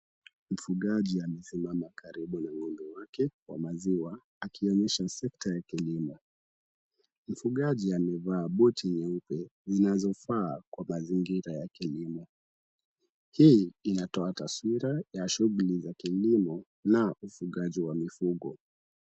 Mfugaji amesema makaribu na ng'ombe wake wa maziwa akionyesha sekta ya kilimo. Mfugaji amevaa buti nyeupe zinazofaa kwa mazingira ya kilimo. Hii inatoa taswira ya shughuli za kilimo na ufugaji wa mifugo.